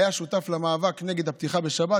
היה שותף למאבק נגד הפתיחה בשבת,